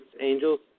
angels